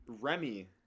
Remy